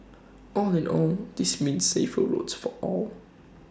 all in all this means safer roads for all